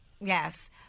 Yes